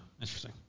Interesting